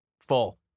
full